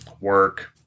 work